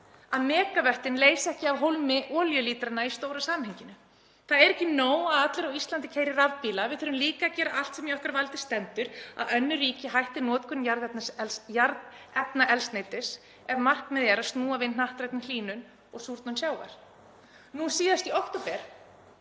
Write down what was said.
að megavöttin leysi ekki af hólmi olíulítrana í stóra samhenginu. Það er ekki nóg að allir á Íslandi keyri rafbíla, við þurfum líka að gera allt sem í okkar valdi stendur til að önnur ríki hætti notkun jarðefnaeldsneytis ef markmiðið er að snúa við hnattrænni hlýnun og súrnun sjávar. Nú síðast í október